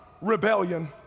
rebellion